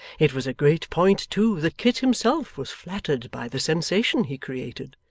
it was a great point too that kit himself was flattered by the sensation he created,